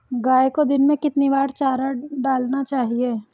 गाय को दिन में कितनी बार चारा डालना चाहिए?